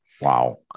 Wow